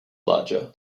larger